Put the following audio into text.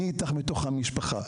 מי איתך בתוך המשפחה?